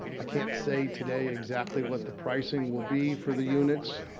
um i can't say today exactly what the pricing will be for the units,